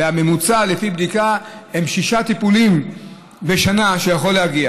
ולפי בדיקה יכולים להגיע לשישה טיפולים בשנה בממוצע.